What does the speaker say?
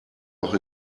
auch